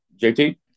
JT